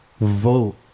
vote